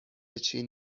چین